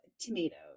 tomatoes